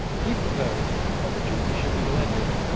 he proposed that the duties should be levied,